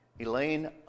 Elaine